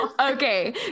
Okay